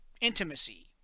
intimacy